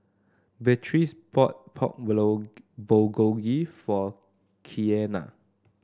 Beatrice bought Pork Bulgogi for Keanna